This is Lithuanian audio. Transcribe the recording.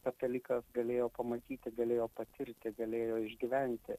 katalikas galėjo pamatyti galėjo patirti galėjo išgyventi